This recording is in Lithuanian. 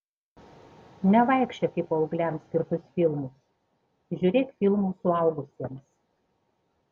nevaikščiok į paaugliams skirtus filmus žiūrėk filmus suaugusiems